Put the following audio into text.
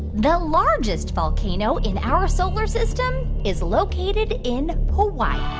the largest volcano in our solar system is located in hawaii?